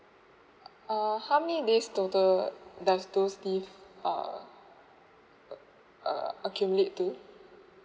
uh okay how many leaves total does those leave uh uh accumulate to